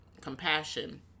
compassion